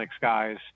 guys